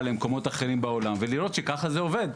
למקומות אחרים בעולם ולראות שכך זה עובד.